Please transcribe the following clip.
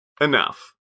Enough